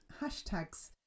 hashtags